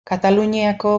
kataluniako